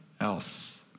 else